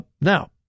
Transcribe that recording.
Now